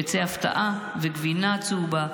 ביצי הפתעה וגבינה צהובה,